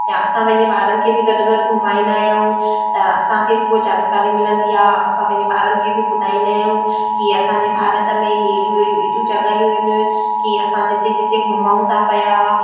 या असां पंहिंजे ॿारनि खे बि गॾु गॾु घुमाईंदा आहियूं त असांखे बि उहे जानकारी मिलंदी आहे असां पंहिंजे ॿारनि खे बि ॿुधाईंदा आहियूं की असांजे भारत में अहिड़ियूं अहिड़ियूं एॾियूं जॻहियूं आहिनि की असां जिते जिते घुमऊं था पिया